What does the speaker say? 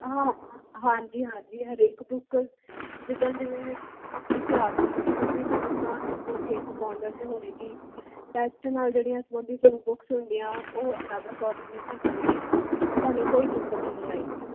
ਹਾਂ ਹਾਂਜੀ ਹਾਂਜੀ ਹਰੇਕ ਬੁੱਕ ਜਿੱਦਾਂ ਦੀ ਵੀ ਇਤਿਹਾਸ ਨਾਲ ਸਬੰਧਿਤ ਬੁੱਕਾਂ ਬੁੱਕ ਇੱਕ ਕੋਰਨਰ 'ਚ ਹੋਏਗੀ ਟੈਟ ਨਾਲ ਜਿਹੜੀਆਂ ਸਬੰਧਿਤ ਬੁੱਕਸ ਹੁੰਦੀਆਂ ਉਹ ਅਲੱਗ ਕੋਰਨਰ ਵਿੱਚ ਹੋਣਗੀਆਂ ਤੁਹਾਨੂੰ ਕੋਈ ਦਿੱਕਤ ਨਹੀਂ ਆਏਗੀ